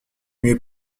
mieux